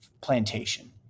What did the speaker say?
plantation